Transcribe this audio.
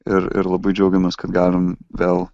ir ir labai džiaugiamės kad galim vėl